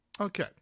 okay